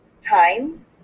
time